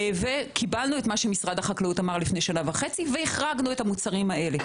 וקיבלנו את מה שמשרד החקלאות אמר לפני שנה וחצי והחרגנו את המוצרים האלה.